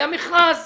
היה מכרז